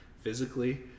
physically